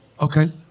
Okay